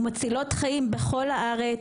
ומצילות חיים בכל הארץ,